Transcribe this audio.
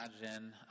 imagine